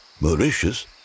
Mauritius